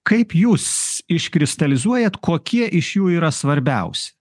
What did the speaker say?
kaip jūs iškristalizuojat kokie iš jų yra svarbiausi